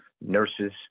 nurses